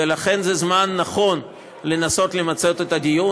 ולכן זה זמן נכון לנסות למצות את הדיון.